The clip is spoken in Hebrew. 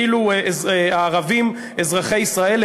ואילו הערבים אזרחי ישראל,